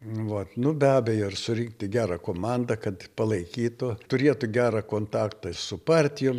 nu vat nu be abejo ir surinkti gerą komandą kad palaikytų turėtų gerą kontaktą ir su partijom